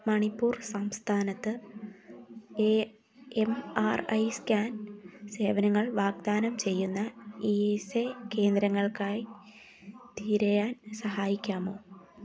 മണിപ്പൂർ സംസ്ഥാനത്ത് M R I scan സേവനങ്ങൾ വാഗ്ദാനം ചെയ്യുന്ന ഈ സെ കേന്ദ്രങ്ങൾക്കായി തിരയാൻ സഹായിക്കാമോ